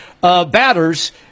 batters